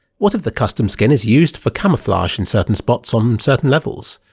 what if the custom skin is used for camouflage in certain spots on certain levels?